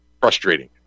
frustrating